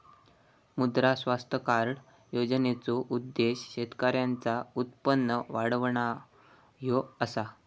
मुद्रा स्वास्थ्य कार्ड योजनेचो उद्देश्य शेतकऱ्यांचा उत्पन्न वाढवणा ह्यो असा